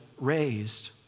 raised